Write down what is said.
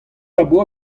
labour